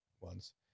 ones